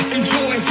Enjoy